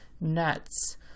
nuts